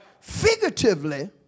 Figuratively